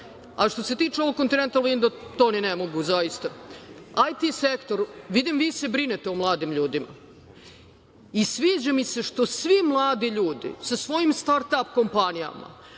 se tiče ovog "Kontinental vinda", to ni ne mogu, zaista. Dakle, IT sektor, vidim vi se brinete o mladim ljudima i sviđa mi se što svi mladi ljudi sa svojim startap kompanijama